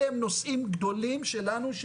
אלה הם נושאים גדולים שלנו,